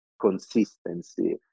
consistency